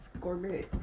Gourmet